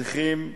צריכים רופא,